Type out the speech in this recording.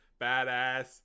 badass